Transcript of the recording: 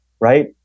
right